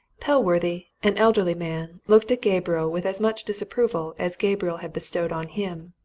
pellworthy, an elderly man, looked at gabriel with as much disapproval as gabriel had bestowed on him.